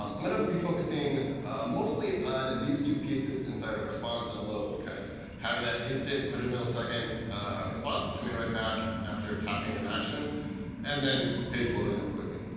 um i'm going to be focusing mostly on these two pieces inside of response and load. kind of having that instant one hundred millisecond response coming right back after tapping an action and then page loading up quickly.